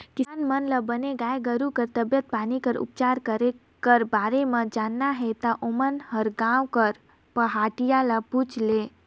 किसान मन ल बने गाय गोरु कर तबीयत पानी कर उपचार करे कर बारे म जानना हे ता ओमन ह गांव कर पहाटिया ल पूछ लय